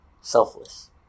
selfless